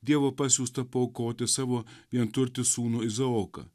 dievo pasiųstą paaukoti savo vienturtį sūnų izaoką